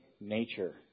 nature